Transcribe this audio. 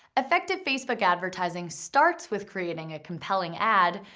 effective facebook advertising starts with creating a compelling ad,